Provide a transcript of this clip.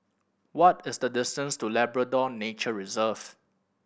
what is the distance to Labrador Nature Reserve